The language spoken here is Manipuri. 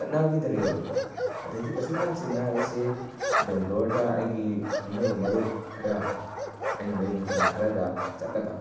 ꯆꯠꯅꯈꯤꯗ꯭ꯔꯦꯕꯀꯣ ꯑꯗꯩꯗꯤ ꯎꯆꯤꯟ ꯅꯥꯆꯤꯟꯅ ꯑꯩꯁꯦ ꯕꯦꯡꯒ꯭ꯂꯣꯔꯗ ꯑꯩꯒꯤ ꯈꯪꯅꯕ ꯃꯔꯨꯞ ꯈꯔ ꯑꯩꯅ ꯃꯌꯨꯝ ꯈꯪꯕ ꯈꯔꯗ ꯆꯠꯂꯒ